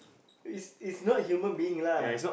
is is not human being lah